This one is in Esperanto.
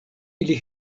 ili